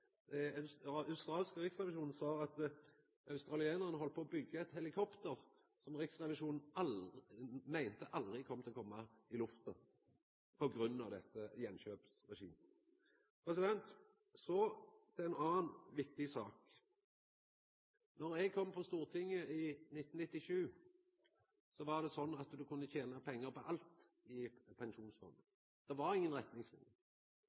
riksrevisjonen sa at australiarane heldt på med å byggja eit helikopter som riksrevisjonen meinte aldri kom til å koma i lufta på grunn av dette attkjøpsregimet. Så til ei anna viktig sak. Då eg kom på Stortinget i 1997, kunne ein tena pengar på alt i Pensjonsfondet. Det var ingen retningslinjer. I